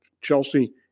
Chelsea